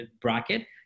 bracket